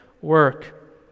work